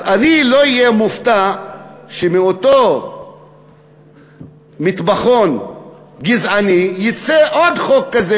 לכן אני לא אהיה מופתע אם מאותו מטבחון גזעני יצא עוד חוק כזה,